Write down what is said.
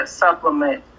supplement